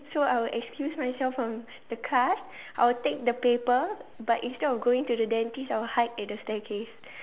so I will excuse myself from the class I will take the paper but instead of going to the dentist I will hide at the staircase